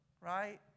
right